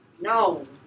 No